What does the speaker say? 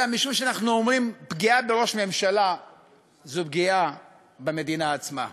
אלא משום שאנחנו אומרים: פגיעה בראש ממשלה זו פגיעה במדינה עצמה.